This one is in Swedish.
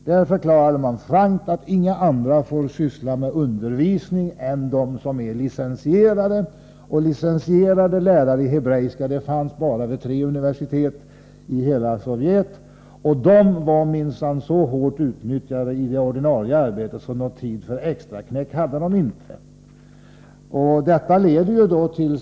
Där förklarade man frankt att ingen annan får syssla med undervisning än den som är licensierad. Och licensierade lärare i hebreiska finns bara vid tre universitet i hela Sovjet. De var minsann så hårt utnyttjade i det ordinarie arbetet att de inte hade tid till extraknäck.